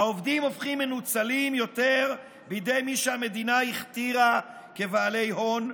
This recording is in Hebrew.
העובדים הופכים מנוצלים יותר בידי מי שהמדינה הכתירה כבעלי הון.